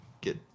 get